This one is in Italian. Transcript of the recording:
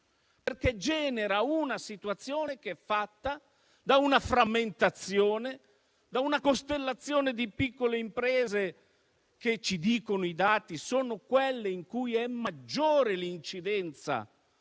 genera infatti una situazione che è fatta da una frammentazione, da una costellazione di piccole imprese che - come ci dicono i dati - sono quelle in cui è maggiore l'incidenza